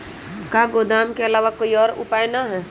का गोदाम के आलावा कोई और उपाय न ह?